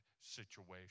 situation